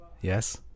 Yes